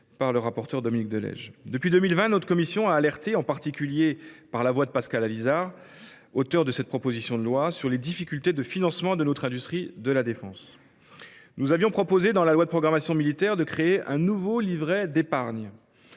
est forcément favorable. Depuis 2020, notre commission a alerté, en particulier par la voix de Pascal Allizard, auteur de cette proposition de loi, sur les difficultés de financement de notre industrie de défense. Nous avions proposé dans la loi de programmation militaire de créer un nouveau livret d’épargne.